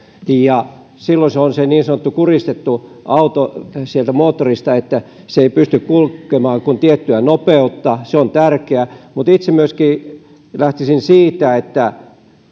silloin se on niin sanottu kuristettu auto sieltä moottorista se ei pysty kulkemaan kuin tiettyä nopeutta se on tärkeää mutta itse lähtisin myöskin siitä että